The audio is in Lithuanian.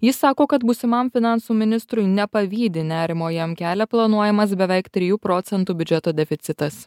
jis sako kad būsimam finansų ministrui nepavydi nerimo jam kelia planuojamas beveik trijų procentų biudžeto deficitas